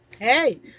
hey